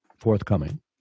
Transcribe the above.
forthcoming